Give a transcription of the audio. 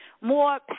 more